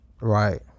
Right